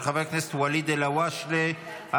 של חבר הכנסת אליהו ברוכי וקבוצת חברי כנסת